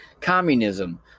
Communism